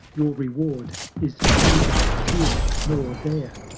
your reward is neither here nor there.